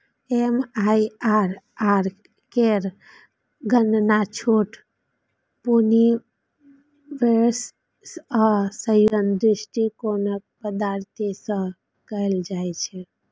MIRR केर गणना छूट, पुनर्निवेश आ संयोजन दृष्टिकोणक पद्धति सं कैल जाइ छै